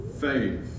faith